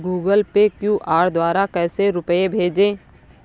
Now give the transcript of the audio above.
Google Pay QR द्वारा कैसे रूपए भेजें?